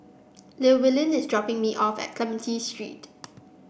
Llewellyn is dropping me off at Clementi Street